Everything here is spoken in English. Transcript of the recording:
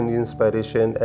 inspiration